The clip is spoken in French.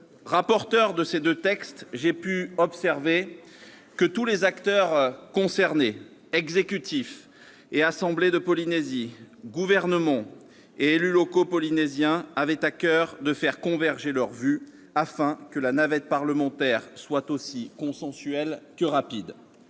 Rapporteur de ces deux textes, j'ai pu observer que tous les acteurs concernés- exécutif et assemblée de la Polynésie, Gouvernement et élus locaux polynésiens -avaient à coeur de faire converger leurs vues, afin que la navette parlementaire soit aussi consensuelle que rapide.